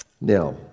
Now